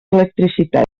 electricitat